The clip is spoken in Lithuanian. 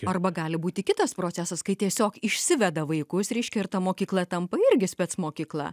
arba gali būti kitas procesas kai tiesiog išsiveda vaikus reiškia ir ta mokykla tampa irgi spec mokykla